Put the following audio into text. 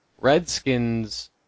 Redskins